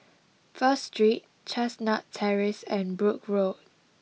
First Street Chestnut Terrace and Brooke Road